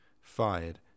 fired